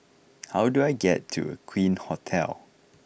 how do I get to Aqueen Hotel